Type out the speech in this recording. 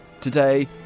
Today